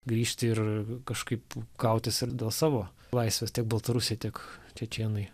grįžti ir kažkaip kautis ir dėl savo laisvės tiek baltarusiai tiek čečėnai